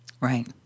Right